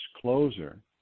closer